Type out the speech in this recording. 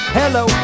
hello